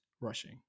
rushing